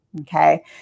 Okay